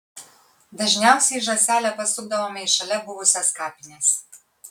dažniausiai žąsele pasukdavome į šalia buvusias kapines